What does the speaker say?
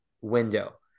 window